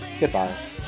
Goodbye